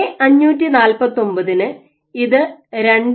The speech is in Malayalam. എ 549 ന് ഇത് 2